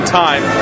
time